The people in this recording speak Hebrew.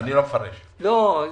שאני